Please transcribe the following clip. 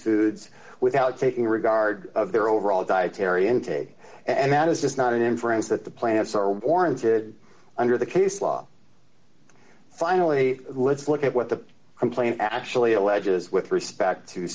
d without taking regard of their overall dietary intake and that is just not an inference that the plants are warranted d under the case law finally let's look at what the complaint actually alleges with respect to